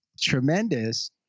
tremendous